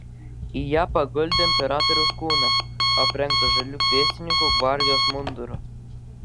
į ją paguldė imperatoriaus kūną aprengtą žaliu pėstininkų gvardijos munduru